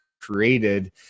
created